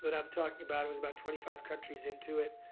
that i'm talking about it, it was about twenty five countries into it.